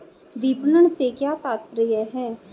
विपणन से क्या तात्पर्य है?